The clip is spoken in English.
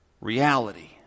reality